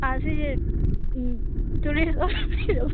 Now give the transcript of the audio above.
ꯁꯤꯁꯦ ꯇꯨꯔꯤꯁ ꯑꯣꯏꯕꯤꯔꯕꯣ